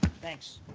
thanks.